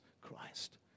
Christ